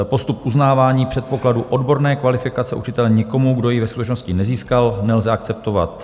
Postup uznávání předpokladů odborné kvalifikace učitele nikomu, kdo ji ve skutečnosti nezískal, nelze akceptovat.